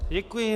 Děkuji.